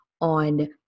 on